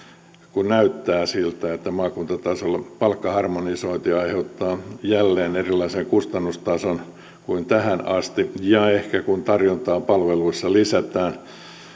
kun näyttää siltä että maakuntatasolla palkkaharmonisointi aiheuttaa jälleen erilaisen kustannustason kuin tähän asti ja ehkä kun tarjontaa palveluissa lisätään